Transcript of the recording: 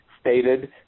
stated